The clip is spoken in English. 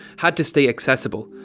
had to stay accessible.